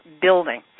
building